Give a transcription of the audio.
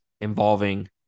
involving